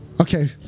Okay